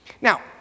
Now